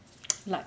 like